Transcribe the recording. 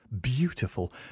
beautiful